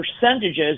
percentages